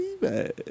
bad